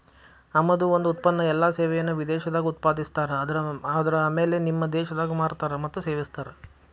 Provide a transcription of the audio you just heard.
ಆಮದು ಒಂದ ಉತ್ಪನ್ನ ಎಲ್ಲಾ ಸೇವೆಯನ್ನ ವಿದೇಶದಾಗ್ ಉತ್ಪಾದಿಸ್ತಾರ ಆದರ ಆಮ್ಯಾಲೆ ನಿಮ್ಮ ದೇಶದಾಗ್ ಮಾರ್ತಾರ್ ಮತ್ತ ಸೇವಿಸ್ತಾರ್